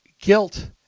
guilt